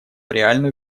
реальную